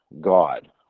God